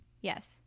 yes